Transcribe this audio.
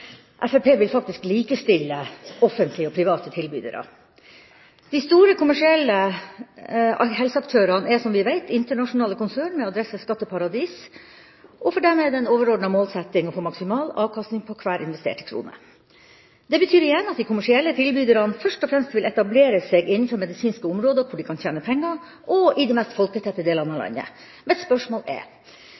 Fremskrittspartiet vil faktisk likestille offentlige og private tilbydere. De store kommersielle helseaktørene er – som vi vet – internasjonale konsern med adresse skatteparadis, og for dem er det en overordnet målsetting å få maksimal avkastning på hver investerte krone. Det betyr igjen at de kommersielle tilbyderne først og fremst vil etablere seg innenfor medisinske områder der de kan tjene penger, og i de mest folketette delene av landet. Mitt spørsmål er: